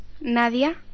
Nadia